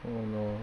oh no